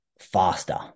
faster